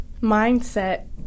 mindset